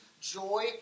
joy